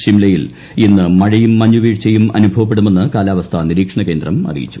ഷിംലയിൽ ഇന്ന് മഴയും മഞ്ഞുവീഴ്ചയും അനുഭവപ്പെടുമെന്ന് കാലാവസ്ഥാ നിരീക്ഷണ കേന്ദ്രം അറിയിച്ചു